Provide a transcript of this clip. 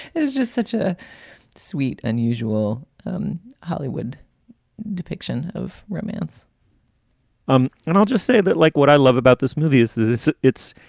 is just such a sweet, unusual hollywood depiction of romance um and i'll just say that, like, what i love about this movie is is it's it's.